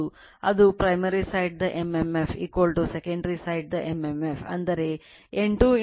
ಆದ್ದರಿಂದ ಇದು I2 ಮತ್ತು ಈ N2 ನಲ್ಲಿ